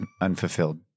unfulfilled